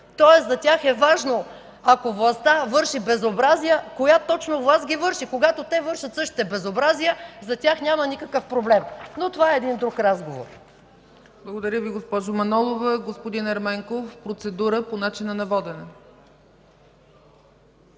Тоест за тях е важно, ако властта върши безобразия, коя точно власт ги върши. Когато те вършат същите безобразия, за тях няма никакъв проблем. Но това е един друг разговор. ПРЕДСЕДАТЕЛ ЦЕЦКА ЦАЧЕВА: Благодаря Ви, госпожо Манолова. Господин Ерменков – процедура по начина на водене.